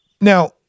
Now